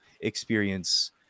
experience